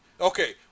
Okay